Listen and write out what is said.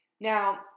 Now